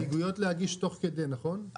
הסתייגויות אפשר להגיש תוך כדי, נכון?